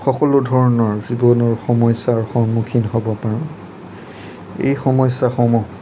সকলো ধৰণৰ জীৱনৰ সমস্যাৰ সন্মুখীন হ'ব পাৰো এই সমস্যাসমূহ